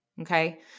Okay